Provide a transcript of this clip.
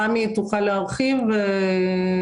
תמי פרידמן תוכל להרחיב על כך.